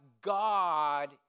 God